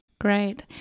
Great